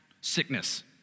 sickness